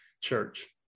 church